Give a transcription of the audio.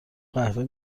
قهوه